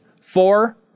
Four